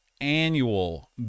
annual